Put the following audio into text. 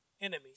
Enemy